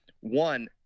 One